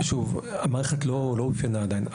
שוב, המערכת לא אופיינה עדיין.